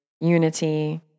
unity